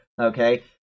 okay